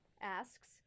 asks